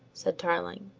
said tarling.